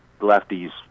lefties